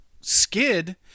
skid